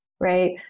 right